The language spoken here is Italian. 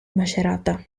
macerata